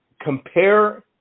compare